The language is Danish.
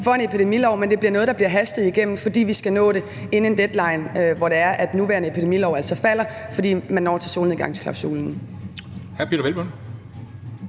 for en epidemilov, men noget, der bliver hastet igennem, fordi vi skal nå det inden en deadline, hvor den nuværende epidemilov falder, altså på grund af solnedgangsklausulen. Kl. 14:08 Formanden